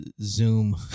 Zoom